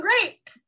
great